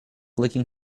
licking